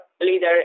leader